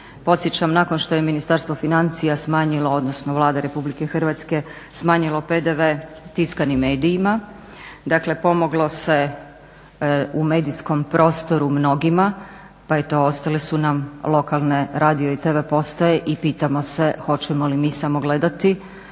podsjećam nakon što je Ministarstvo financija smanjilo, odnosno Vlada Republike Hrvatske smanjilo PDV tiskanim medijima, dakle pomoglo se u medijskom prostoru mnogima pa eto ostale su nam lokalne radio i tv postaje i pitamo se hoćemo li mi samo gledati